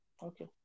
Okay